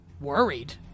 worried